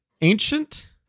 Ancient